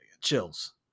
chills